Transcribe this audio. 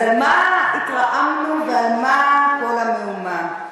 אז על מה התרעמנו ועל מה כל המהומה?